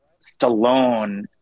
Stallone